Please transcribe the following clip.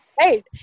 Right